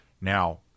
Now